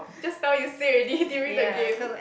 just now you say already during the game